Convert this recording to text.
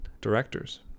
Directors